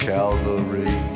Calvary